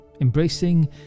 Embracing